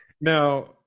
now